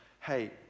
hey